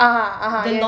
(uh huh) (uh huh) yes